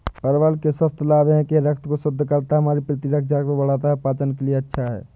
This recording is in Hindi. परवल के स्वास्थ्य लाभ यह हैं कि यह रक्त को शुद्ध करता है, हमारी प्रतिरक्षा को बढ़ाता है, पाचन के लिए अच्छा है